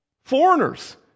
foreigners